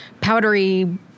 powdery